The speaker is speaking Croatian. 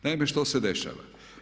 Naime, što se dešava?